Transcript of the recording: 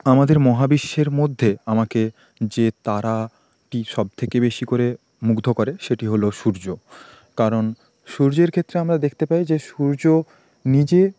আমাদের মহাবিশ্বের মধ্যে আমাকে যে তারাটি সবথেকে বেশি করে মুগ্ধ করে সেটি হল সূর্য কারণ সূর্যের ক্ষেত্রে আমরা দেখতে পাই যে সূর্য নিজে